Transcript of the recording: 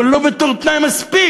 אבל לא בתור תנאי מספיק.